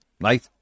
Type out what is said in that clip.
right